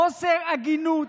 חוסר הגינות,